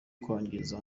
kwangiza